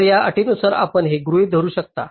तर या अटीनुसार आपण हे गृहित धरू शकता